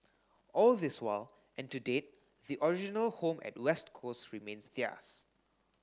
all this while and to date the original home at West Coast remains theirs